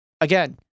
again